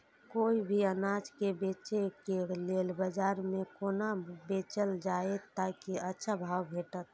कोय भी अनाज के बेचै के लेल बाजार में कोना बेचल जाएत ताकि अच्छा भाव भेटत?